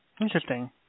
Interesting